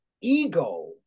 Ego